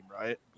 right